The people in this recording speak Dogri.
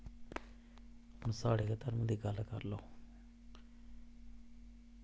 ते साढ़े धर्म दी गल्ल करी लैओ